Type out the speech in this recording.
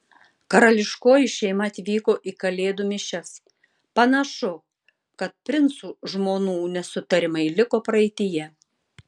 karališkoji šeima atvyko į kalėdų mišias panašu kad princų žmonų nesutarimai liko praeityje